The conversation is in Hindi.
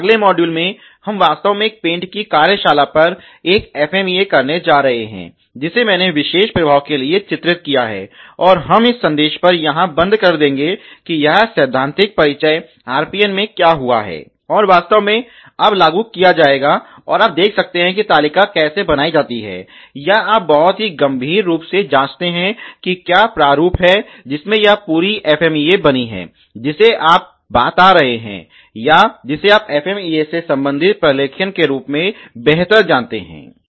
अगला मॉड्यूल में हम वास्तव में एक पेंट की कार्यशाला पर एक FMEA करने जा रहे हैं जिसे मैंने विशेष प्रभाव के लिए चित्रित किया है और हम इस संदेश पर यहां बंद कर देंगे कि यह सैद्धांतिक परिचय RPN में क्या हुआ है वास्तव में अब लागू किया जाएगा और आप देखते हैं कि तालिका कैसे बनाई जाती है या आप बहुत ही गंभीर रूप से जांचते हैं कि यह क्या प्रारूप है जिसमें यह पूरी FMEA बना है जिसे आप बात कर रहे हैं या जिसे आप FMEA से संबंधित प्रलेखन के रूप में बेहतर जानते हैं